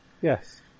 Yes